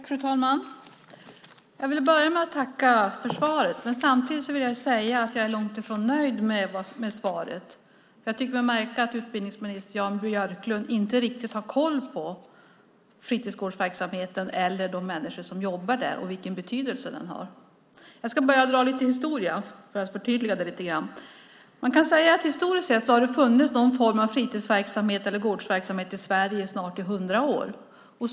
Fru talman! Jag vill börja med att tacka för svaret, men samtidigt vill jag säga att jag är långt ifrån nöjd med det. Jag tycker mig märka att utbildningsminister Jan Björklund inte riktigt har koll på fritidsgårdsverksamheten eller de människor som jobbar där och vilken betydelse den har. Jag ska börja med att dra lite historia för att förtydliga det hela lite grann. Man kan säga att det historiskt sett har funnits någon form av fritidsverksamhet eller gårdsverksamhet i Sverige i snart 100 år.